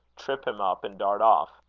trip him up, and dart off.